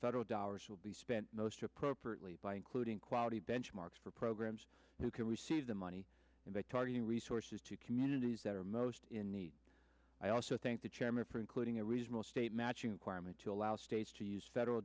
federal dollars will be spent most appropriately by including quality benchmarks for programs who can receive the money and they targeting resources to communities that are most in need i also think the chairman for including a regional state matching requirement to allow states to use federal